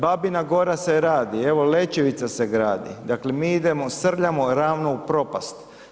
Babina Gora se radi, evo Lećevica se radi, dakle mi idemo, srljamo ravno u propast.